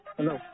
Hello